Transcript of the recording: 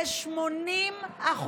כ-80%.